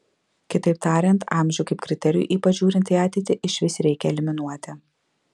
kitaip tariant amžių kaip kriterijų ypač žiūrint į ateitį išvis reikia eliminuoti